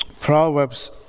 Proverbs